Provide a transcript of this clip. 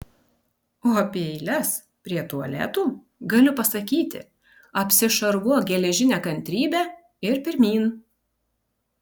o apie eiles prie tualetų galiu pasakyti apsišarvuok geležine kantrybe ir pirmyn